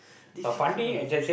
difficult